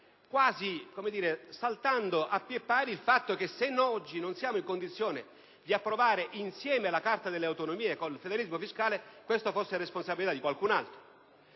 quasi saltando a piè pari il fatto che, se oggi non siamo nelle condizioni di approvare insieme la Carta delle autonomie con il federalismo fiscale, questo sia responsabilità di qualcun altro.